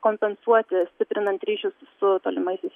kompensuoti stiprinant ryšius su tolimaisiais